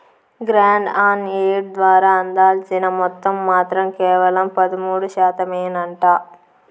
grant on aid ద్వారా అందాల్సిన మొత్తం మాత్రం కేవలం పదమూడు శాతమేనంట